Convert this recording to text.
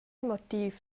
motiv